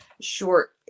short